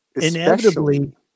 inevitably